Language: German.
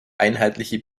einheitliche